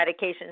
medications